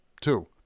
Two